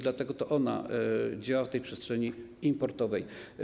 Dlatego to ona działa w przestrzeni importowej.